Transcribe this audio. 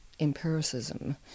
empiricism